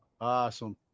Awesome